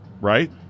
right